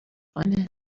کنه